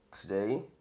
today